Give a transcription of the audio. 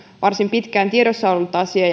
varsin pitkään tiedossa ollut asia